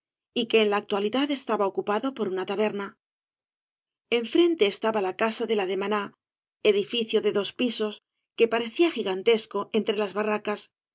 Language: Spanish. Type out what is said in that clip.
y que en la actualidad estaba ocupado por una taberna enfrente estaba ia casa de la demanáf edificio de dos pisos que parecía gigantesco entre las barracas